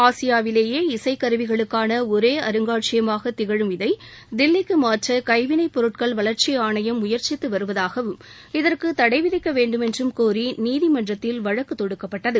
ஆசியாவிலேயே இசைக்கருவிகளுக்கான ஒரே அருங்காட்சியகமாக திகழும் இதை தில்லிக்கு மாற்ற கைவினைப் பொருட்கள் வளர்ச்சி ஆணையம் முயற்சித்து வருவதாகவும் இதற்கு தடை விதிக்க வேண்டுமென்றும் கோரி நீதிமன்றத்தில் வழக்கு தொடுக்கப்பட்டது